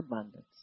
abundance